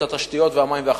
את התשתיות והמים והחשמל,